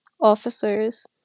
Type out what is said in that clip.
officers